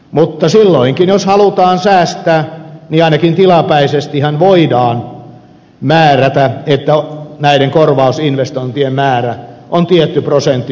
mutta silloinkin jos halutaan säästää niin ainakin tilapäisestihän voidaan määrätä että näiden korvausinvestointien määrä on tietty prosentti poistoista